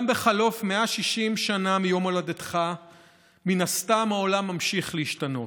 גם בחלוף 160 שנה מיום הולדתך מן הסתם העולם ממשיך להשתנות.